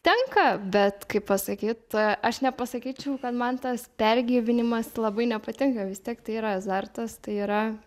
tenka bet kaip pasakyt aš nepasakyčiau kad man tas pergyvenimas labai nepatinka vis tiek tai yra azartas tai yra